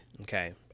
Okay